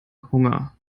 hunger